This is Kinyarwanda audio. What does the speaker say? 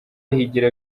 higiro